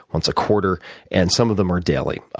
once a quarter and some of them are daily.